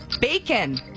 Bacon